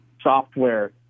software